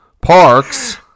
Parks